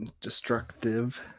destructive